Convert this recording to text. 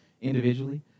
individually